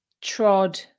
trod